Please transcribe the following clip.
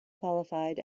qualified